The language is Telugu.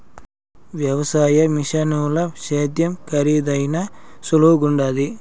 వ్యవసాయ మిషనుల సేద్యం కరీదైనా సులువుగుండాది